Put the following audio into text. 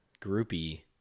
groupie